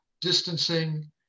distancing